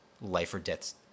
life-or-death